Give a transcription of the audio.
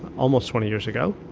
almost twenty years ago,